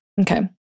Okay